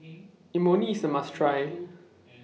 Imoni IS A must Try